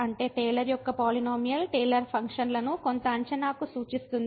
అంటే టేలర్ యొక్క polynomial Taylor function లను కొంత అంచనాకు సూచిస్తుంది